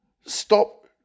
stop